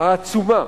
העצומה